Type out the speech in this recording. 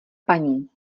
paní